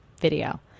video